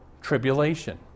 tribulation